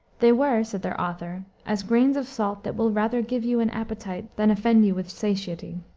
they were, said their author, as grains of salt that will rather give you an appetite than offend you with satiety.